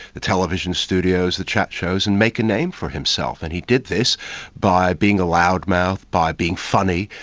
the television studios, the chat shows, and make a name for himself. and he did this by being a loudmouth, by being funny,